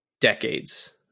decades